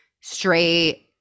straight